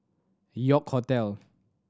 York Hotel